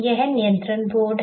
यह नियंत्रण बोर्ड है